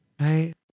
Right